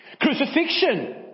crucifixion